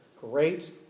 great